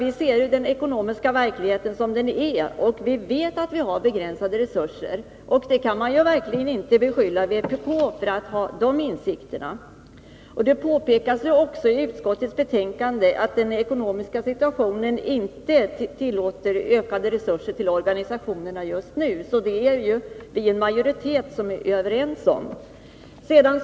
Vi ser den ekonomiska verkligheten som den är, och vi vet att vi har begränsade resurser. Men man kan verkligen inte beskylla vpk för att ha deinsikterna. Det påpekas också i utskottets betänkande att den ekonomiska situationen inte tillåter ökade resurser för organisationerna just nu, så det är en majoritet som är överens om detta.